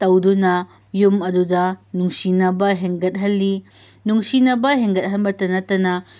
ꯇꯧꯗꯨꯅ ꯌꯨꯝ ꯑꯗꯨꯗ ꯅꯨꯡꯁꯤꯅꯕ ꯍꯦꯟꯒꯠꯍꯜꯂꯤ ꯅꯨꯡꯁꯤꯅꯕ ꯍꯦꯟꯒꯠꯍꯟꯕꯇ ꯅꯠꯇꯅ